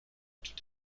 tout